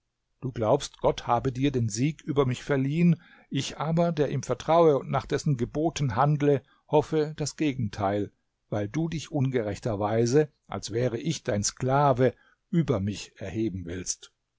du glaubst gott habe dir den sieg über mich verliehen ich aber der ihm vertraue und nach dessen geboten handle hoffe das gegenteil weil du dich ungerechterweise als wäre ich dein sklave über mich erheben willst